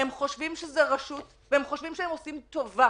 הם חושבים שזאת רשות והם חושבים שהם עושים טובה.